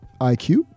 IQ